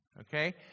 Okay